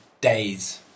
days